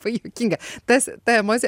bai juokinga tas ta emocija